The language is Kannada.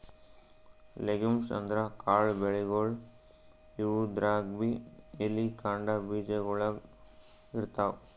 ಲೆಗುಮ್ಸ್ ಅಂದ್ರ ಕಾಳ್ ಬೆಳಿಗೊಳ್, ಇವುದ್ರಾಗ್ಬಿ ಎಲಿ, ಕಾಂಡ, ಬೀಜಕೋಶಗೊಳ್ ಇರ್ತವ್